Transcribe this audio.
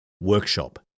workshop